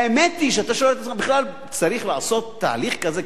האמת היא שאתה שואל את עצמך: בכלל צריך לעשות חוק לתהליך כזה?